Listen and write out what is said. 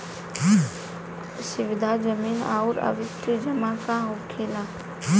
सावधि जमा आउर आवर्ती जमा का होखेला?